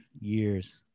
years